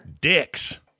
dicks